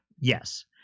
yes